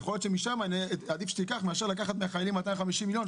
יכול להיות שעדיף שתיקח משם מאשר לקחת מהחיילים 250 מיליון,